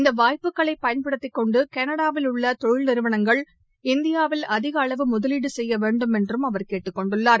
இந்த வாய்ப்புகளை பயன்படுத்திக் கொண்டு கனடாவில் உள்ள தொழில் நிறுவனங்கள் இந்தியாவில் அதிக அளவு முதலீடு செய்யவேண்டும் என்றும் அவர் கேட்டுக்கொண்டுள்ளார்